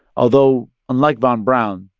although, unlike von braun,